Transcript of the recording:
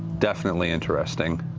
definitely interesting.